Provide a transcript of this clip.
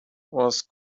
was